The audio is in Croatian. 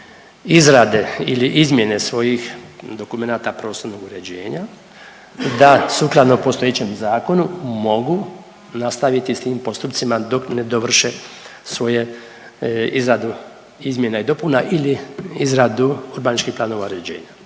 izrade ili izmjene svojih dokumenata prostornog uređenja, da sukladno postojećem zakonu mogu nastaviti s tim postupcima dok ne dovrše svoje izradu izmjena i dopuna ili izradu urbaničkih planova uređenja,